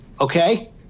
Okay